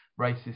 racist